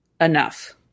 enough